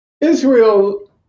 Israel